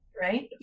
right